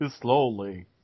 slowly